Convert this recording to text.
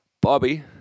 Bobby